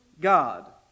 God